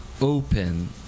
open